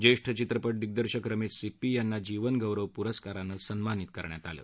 ज्येष्ठ्यचित्रपट दिग्दर्शक रमेश सिप्पी यांनी जीवन गौरव पुरस्कारानं गौरवण्यात आलं